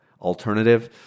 alternative